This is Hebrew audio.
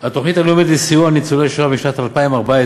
התוכנית הלאומית לסיוע לניצולי שואה משנת 2014,